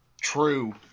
True